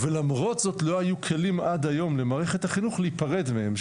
ולמרות זאת לא היו כלים עד היום למערכת החינוך להיפרד מהם.